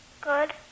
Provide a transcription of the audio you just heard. Good